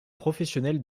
professionnelle